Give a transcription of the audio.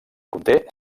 conté